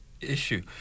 issue